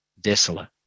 Desolate